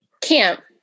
camp